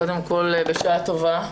קודם כל, בשעה טובה.